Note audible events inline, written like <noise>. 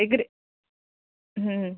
ଏ <unintelligible> ହୁଁ